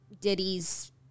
Diddy's